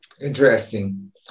Interesting